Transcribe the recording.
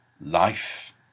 life